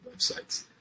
websites